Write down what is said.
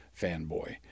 fanboy